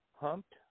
humped